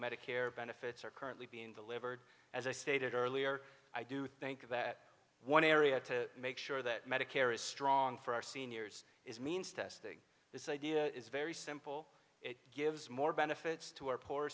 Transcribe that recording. medicare benefits are currently being delivered as i stated earlier i do think that one area to make sure that medicare is strong for our seniors is means testing this idea is very simple it gives more benefits to our poor